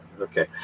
Okay